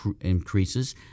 increases